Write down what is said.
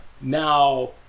Now